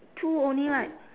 two only right